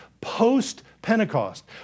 post-Pentecost